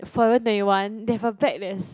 Forever twenty one they have a bag that's